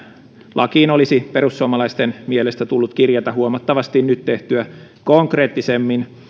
lakiin olisi perussuomalaisten mielestä tullut kirjata huomattavasti nyt tehtyä konkreettisemmin